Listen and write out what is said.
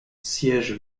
siège